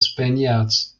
spaniards